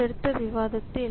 அடுத்தடுத்த விவாதத்தில்